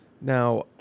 Now